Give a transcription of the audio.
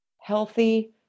healthy